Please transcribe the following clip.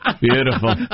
beautiful